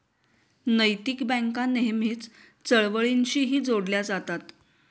नैतिक बँका नेहमीच चळवळींशीही जोडल्या जातात